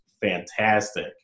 fantastic